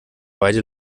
beide